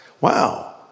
Wow